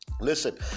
Listen